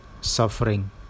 suffering